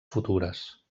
futures